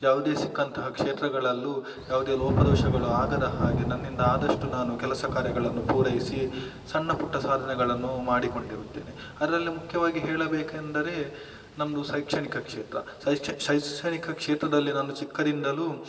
ಯಾವುದೇ ಸಿಕ್ಕಂತಹ ಕ್ಷೇತ್ರಗಳಲ್ಲು ಯಾವುದೇ ಲೋಪದೋಷಗಳು ಆಗದ ಹಾಗೆ ನನ್ನಿಂದ ಆದಷ್ಟು ನಾನು ಕೆಲಸ ಕಾರ್ಯಗಳನ್ನು ಪೂರೈಸಿ ಸಣ್ಣ ಪುಟ್ಟ ಸಾಧನೆಗಳನ್ನು ಮಾಡಿಕೊಂಡಿರುತ್ತೇನೆ ಅದರಲ್ಲಿ ಮುಖ್ಯವಾಗಿ ಹೇಳಬೇಕೆಂದರೆ ನಮ್ಮದು ಶೈಕ್ಷಣಿಕ ಕ್ಷೇತ್ರ ಶೈಕ್ಷಣಿಕ ಕ್ಷೇತ್ರದಲ್ಲಿ ನನ್ನದು ಚಿಕ್ಕದಿಂದಲು